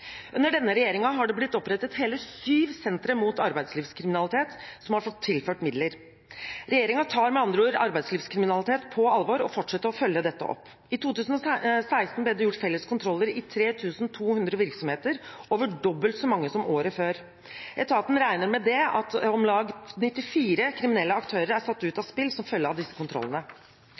Under denne regjeringen har det blitt opprettet hele syv sentre mot arbeidslivskriminalitet, som har fått tilført midler. Regjeringen tar med andre ord arbeidslivskriminalitet på alvor og fortsetter å følge dette opp. I 2016 ble det gjort felles kontroller i 3 200 virksomheter, over dobbelt så mange som året før. Etatene regner med at om lag 94 kriminelle aktører er satt ut av spill som følge av disse kontrollene.